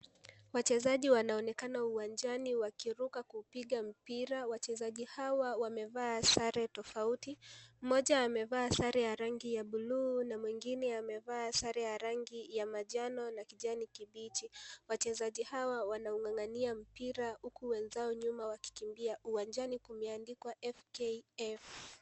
Wachezaji wanaonekana uwanjani wakiruka kupiga mpira. Wachezaji hawa wamevaa sare tofauti. Mmoja amevaa sare ya rangi ya buluu na mwingine amevaa sare ya rangi ya manjano na kijani kibichi. Wachezaji hawa wanang'ang'ania mpira huku wenzao nyuma wakikimbia. Uwanjani kumeandikwa, FKF.